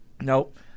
Nope